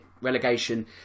relegation